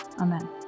Amen